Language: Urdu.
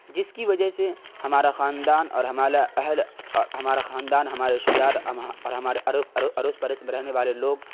جس کی وجہ سے ہمارا خاندان اور ہمارا اہل ہمارا خاندان ہمارے رشتہ دار اور ہمارے اڑوس پڑوس میں رہنے والے لوگ